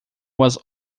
was